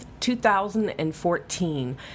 2014